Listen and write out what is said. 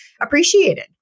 appreciated